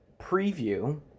preview